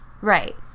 Right